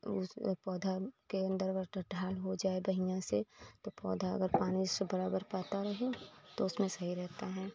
उस पौधा के अंदर अगर ढाल हो जाए बढियाँ से तो पौधा अगर पानी से बराबर पाता रहे तो उसमें सही रहता है